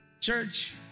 Church